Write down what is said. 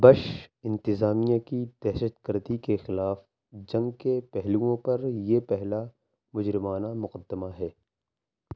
Bush انتظامیہ کی دہشت گردی کے خلاف جنگ کے پہلوؤں پر یہ پہلا مجرمانہ مقدمہ ہے